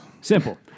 Simple